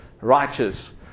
Righteous